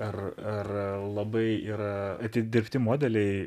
ar ar labai yra atidirbti modeliai